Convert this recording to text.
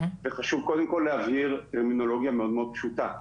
חשוב להבהיר טרמינולוגיה מאוד פשוטה,